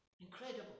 Incredible